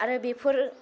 आरो बेफोर